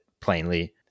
plainly